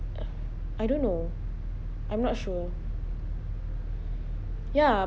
I don't know I'm not sure ya